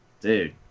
Dude